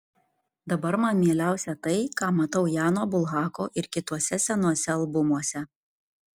dabar man mieliausia tai ką matau jano bulhako ir kituose senuose albumuose